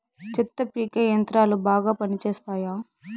చెత్త పీకే యంత్రాలు బాగా పనిచేస్తాయా?